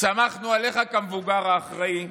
סמכנו עליך כמבוגר האחראי.